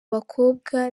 bakobwa